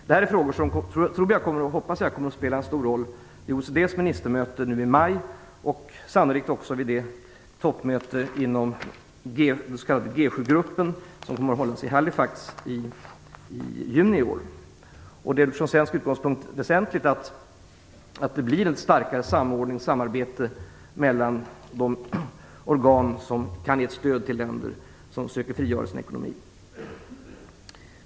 Detta är frågor som jag hoppas kommer att spela en stor roll på OECD:s ministermöte i maj och sannolikt också vid toppmötet inom G7-gruppen som kommer att hållas i Halifax i juni. Från svensk utgångspunkt är det väsentligt att samordningen och samarbetet mellan de organ som kan ge ett stöd till länder som försöker frigöra sin ekonomi blir starkare.